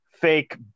fake